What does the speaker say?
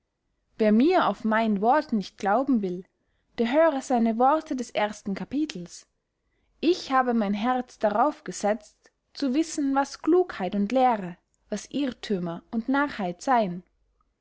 wer mir auf mein wort nicht glauben will der höre seine worte des ersten capitels ich habe mein herz darauf gesetzt zu wissen was klugheit und lehre was irrthümer und narrheit seyen